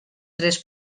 tres